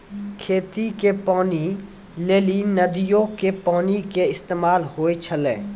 खेती के पानी लेली नदीयो के पानी के इस्तेमाल होय छलै